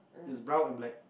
is brown and black